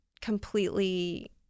completely